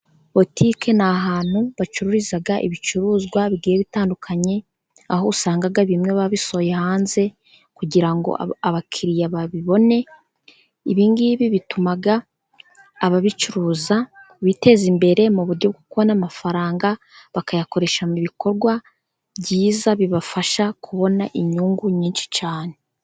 Botique ni ahantu bacururiza ibicuruzwa bigiye bitandukanye. Aho usanga bimwe babisohoye hanze kugira ngo abakiriya babibone. Ibingibi bituma ababicuruza biteza imbere mu buryo bwo kubona amafaranga, bakayakoresha mu bikorwa byiza bibafasha kubona inyungu nyinshi cyane.